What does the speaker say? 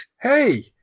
hey